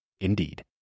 Indeed